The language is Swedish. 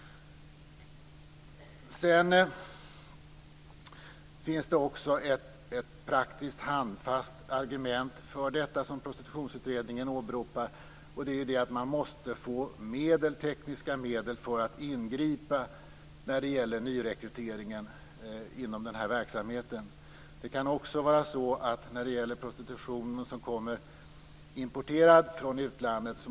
Det finns också ett praktiskt, handfast argument för detta som Prostitutionsutredningen åberopar, nämligen att man måste få tekniska medel för att ingripa när det gäller nyrekryteringen inom den här verksamheten. Man måste också ha medel för att polisiärt kunna gripa in i den prostitution som importeras från utlandet.